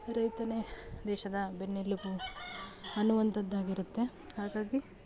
ರೈತನೇ ದೇಶದ ಬೆನ್ನೆಲುಬು ಅನ್ನುವಂಥದ್ದಾಗಿರುತ್ತೆ ಹಾಗಾಗಿ